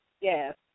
Yes